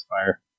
fire